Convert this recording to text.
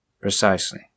Precisely